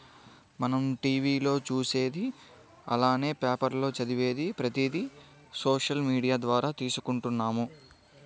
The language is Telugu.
మనం టీవీ లో చూసేది అలానే పేపర్ లో చదివేది ప్రతిది సోషల్ మీడియా ద్వారా తీసుకుంటున్నాము